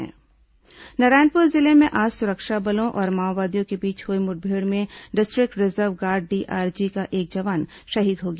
मुठभेड़ जवान शहीद नारायणपुर जिले में आज सुरक्षा बलों और माओवादियों के बीच हुई मुठभेड़ में डिस्ट्रिक्ट रिजर्व गार्ड डीआरजी का एक जवान शहीद हो गया